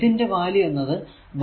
ഇതിന്റെ വാല്യൂ എന്നത് 1 6 I ആണ്